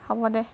হ'ব দে